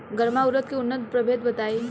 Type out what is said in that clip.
गर्मा उरद के उन्नत प्रभेद बताई?